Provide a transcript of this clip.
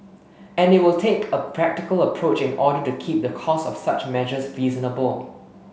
and it will take a practical approach in order to keep the cost of such measures reasonable